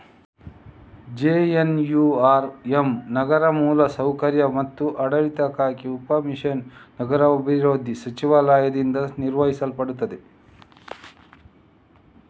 JNURM ನಗರ ಮೂಲ ಸೌಕರ್ಯ ಮತ್ತು ಆಡಳಿತಕ್ಕಾಗಿ ಉಪ ಮಿಷನ್ ನಗರಾಭಿವೃದ್ಧಿ ಸಚಿವಾಲಯದಿಂದ ನಿರ್ವಹಿಸಲ್ಪಡುತ್ತದೆ